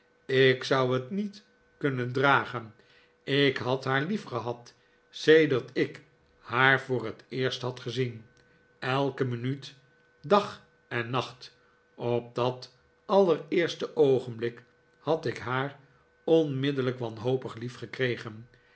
ik zou het niet kunnen dragen ik had haar liefgehad sedert ik haar voor het eerst had gezien elke minuut dag en nacht op dat allereerste oogenblik had ik haar onmidderijk wanhopig